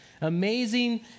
amazing